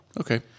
Okay